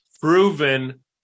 proven